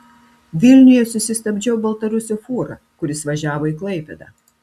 vilniuje susistabdžiau baltarusio fūrą kuris važiavo į klaipėdą